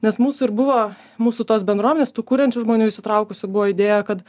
nes mūsų ir buvo mūsų tos bendruomenės tų kuriančių žmonių įsitraukusių buvo idėja kad